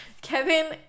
Kevin